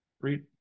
read